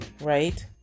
right